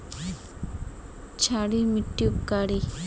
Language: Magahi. क्षारी मिट्टी उपकारी?